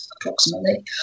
approximately